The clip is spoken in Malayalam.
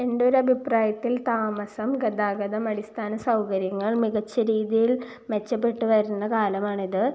എൻ്റെ ഒരു അഭിപ്രായത്തിൽ താമസം ഗതാഗതം അടിസ്ഥാന സൗകര്യങ്ങൾ മികച്ച രീതിയിൽ മെച്ചപ്പെട്ട് വരുന്ന കാലമാണ് ഇത്